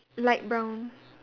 light brown